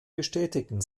bestätigten